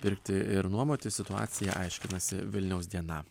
pirkti ir nuomotis situaciją aiškinasi vilniaus diena